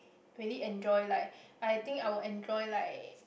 really enjoy like I think I will enjoy like